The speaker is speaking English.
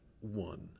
one